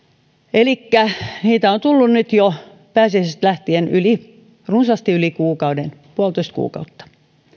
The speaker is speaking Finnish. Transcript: elikkä niitä on tullut nyt jo pääsiäisestä lähtien runsaasti yli kuukauden puolitoista kuukautta